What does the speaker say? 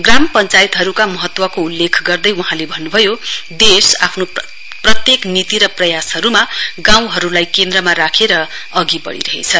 ग्राम पञ्चायतहरूका महत्वको उल्लेख गर्दै वहाँले भन्नुभयो देश आफ्नो प्रत्येक नीति र प्रयासहरूमा गाउँहरूलाई केन्द्रमा राखेर अघि बढिरहेछ